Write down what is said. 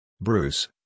Bruce